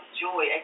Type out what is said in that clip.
joy